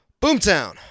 Boomtown